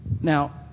Now